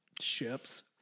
ships